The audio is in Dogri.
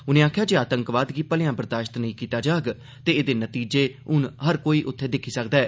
उनें आक्खेया जे आतंकवाद गी भलेया बर्दाशत नेई कीता जाग ते एदे नतीजें हंन हर कोई उत्थे दिक्खी सकदा ऐ